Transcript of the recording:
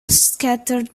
scattered